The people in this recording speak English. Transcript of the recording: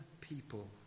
people